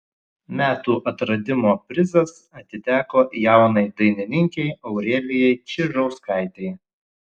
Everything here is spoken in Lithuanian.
metų atradimo prizas atiteko jaunai dainininkei aurelijai čižauskaitei